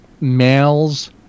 males